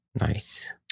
Nice